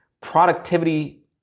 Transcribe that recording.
productivity